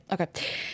Okay